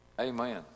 Amen